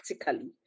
practically